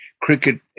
cricket